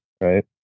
right